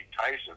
Tyson